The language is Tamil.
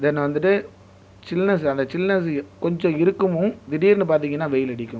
தென் வந்துவிட்டு சில்நெஸ் அந்தச் சில்நெஸ் கொஞ்சம் இருக்கும் திடீர்னு பார்த்தீங்கன்னா வெயில் அடிக்கும்